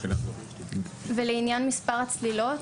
ולעניין מספר הצלילות?